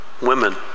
women